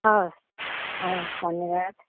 हवस् अँ धन्यवाद